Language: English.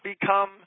become